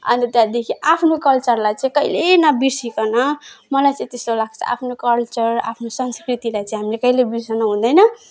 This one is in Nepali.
अन्त त्यहाँदेखि आफ्नो कल्चरलाई चाहिँ कहिले नबिर्सिकन मलाई चाहिँ त्यस्तो लाग्छ आफ्नो कल्चर आफ्नो संस्कृतिलाई चाहिँ हामीले कहिले बिर्सन हुँदैन